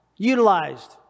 utilized